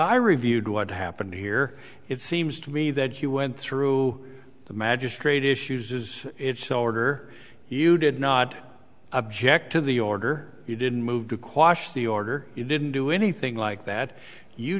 i reviewed what happened here it seems to me that you went through the magistrate issues is it so order you did not object to the order you didn't move to quash the order it didn't do anything like that you